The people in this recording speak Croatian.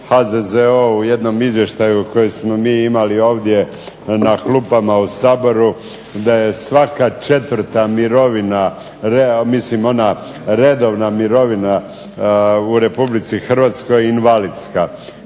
HZZO u jednom izvještaju koji smo mi imali ovdje na klupama u Saboru, da je svaka četvrta mirovina, mislim ona redovna mirovina u Republici Hrvatskoj invalidska.